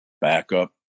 backup